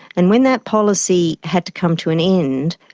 and when that policy had to come to an end,